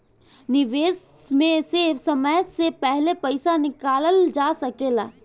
निवेश में से समय से पहले पईसा निकालल जा सेकला?